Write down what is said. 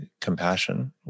compassion